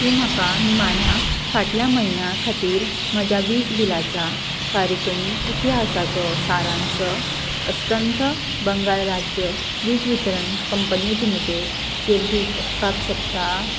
तूं म्हाका निमाण्या फाटल्या म्हयन्या खातीर म्हज्या वीज बिलाच्या फारिकणी इतिहासाचो सारांश अस्तंत बंगाल राज्य वीज वितरण कंपनी लिमिटेडचेर दिवपाक शकता